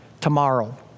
tomorrow